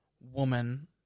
woman